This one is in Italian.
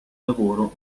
lavoro